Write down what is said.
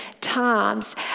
times